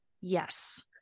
yes